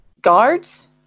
Guards